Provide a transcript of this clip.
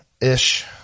ish